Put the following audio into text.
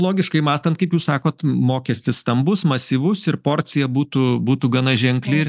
logiškai mąstant kaip jūs sakot mokestis stambus masyvus ir porcija būtų būtų gana ženkli ir